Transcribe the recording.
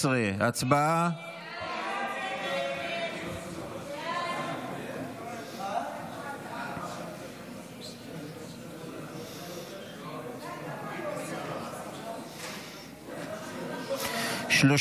12. הצבעה.